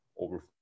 over